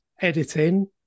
editing